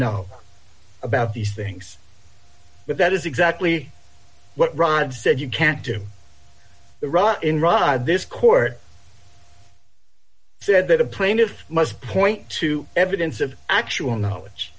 know about these things but that is exactly what rod said you can't do the right in rod this court said that a plaintiff must point to evidence of actual knowledge